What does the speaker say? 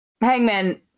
Hangman